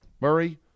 Murray